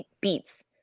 beats